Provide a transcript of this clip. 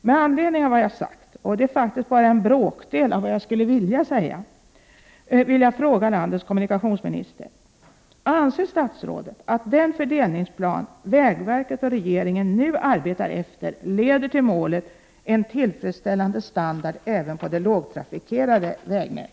Med anledning av vad jag sagt — och det är faktiskt bara en bråkdel av vad jag skulle vilja säga — vill jag fråga landets kommunikationsminister: Anser statsrådet att den fördelningsplan som vägverket och regeringen nu arbetar efter leder till målet ”en tillfredsställande standard även på det lågtrafikerade vägnätet”?